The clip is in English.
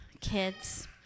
Kids